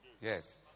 Yes